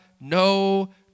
no